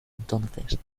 entonces